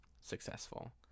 successful